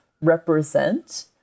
represent